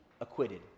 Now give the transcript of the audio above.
acquitted